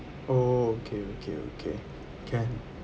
oh okay okay okay can